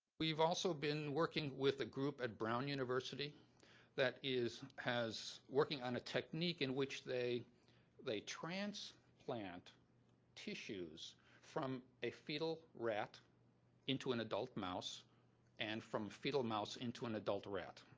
we've also been working with a group at brown university that is working working on a technique in which they they transplant tissues from a fetal rat into an adult mouse and from fetal mouse into an adult rat,